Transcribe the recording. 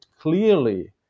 clearly